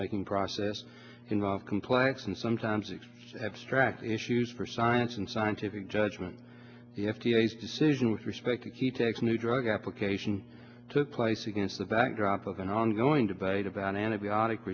making process involve complex and sometimes it's abstract issues for science and scientific judgment the f d a decision with respect to key takes new drug application took place against the backdrop of an ongoing debate about antibiotic